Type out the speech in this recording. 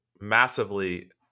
massively